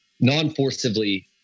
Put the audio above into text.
non-forcibly